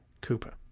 Cooper